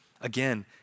Again